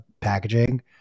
packaging